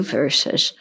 verses